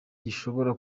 gishobora